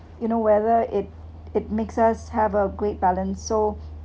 you know whether it it makes us have a great balance so